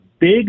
big